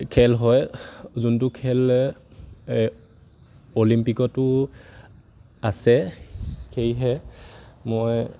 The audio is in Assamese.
খেল হয় যোনটো খেল অলিম্পিকতো আছে সেয়েহে মই